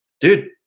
dude